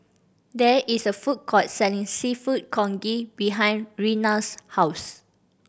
there is a food court selling Seafood Congee behind Reyna's house